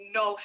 no